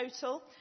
total